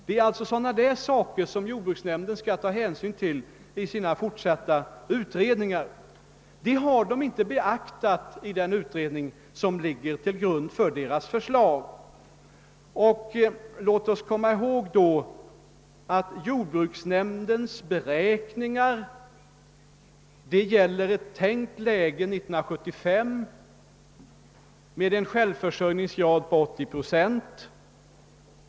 Det är sådana saker som jordbruksnämnden skall beakta i sina fortsatta utredningar och som inte har beaktats i den utredning som ligger till grund för dess förslag. Låt oss komma ihåg att jordbruks-- nämndens beräkningar gäller ett tänkt läge 1975 med en självförsörjningsgrad av 80 procent.